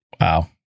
wow